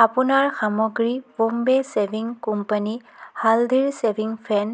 আপোনাৰ সামগ্ৰী Bombay shaving company হালধিৰ শ্বেভিং ফেন